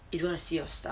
is gonna see your stuff